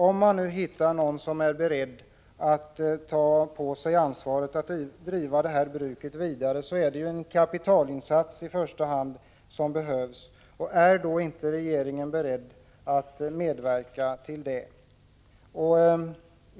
Om man nu hittar någon som är beredd att ta på sig ansvaret för att driva bruket vidare, är det i första hand en kapitalinsats som behövs. Är inte regeringen beredd att medverka i ett sådant läge?